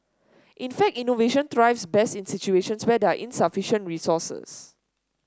in fact innovation thrives best in situations where there are insufficient resources